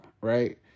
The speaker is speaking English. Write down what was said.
Right